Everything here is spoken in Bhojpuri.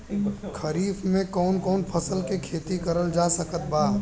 खरीफ मे कौन कौन फसल के खेती करल जा सकत बा?